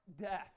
death